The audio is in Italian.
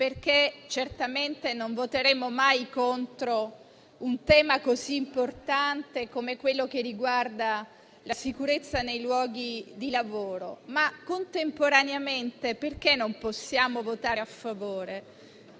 perché certamente non voteremo mai contro un tema così importante come quello che riguarda la sicurezza nei luoghi di lavoro. Contemporaneamente, non possiamo votare a favore,